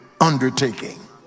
undertaking